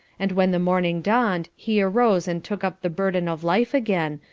and when the morning dawned he arose and took up the burden of life again,